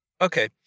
Okay